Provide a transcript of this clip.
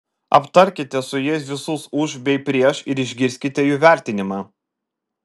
aptarkite su jais visus už bei prieš ir išgirskite jų vertinimą